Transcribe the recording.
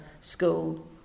school